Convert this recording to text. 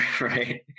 right